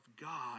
God